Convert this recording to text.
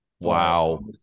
Wow